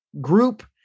group